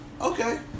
okay